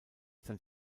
sein